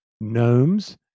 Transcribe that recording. gnomes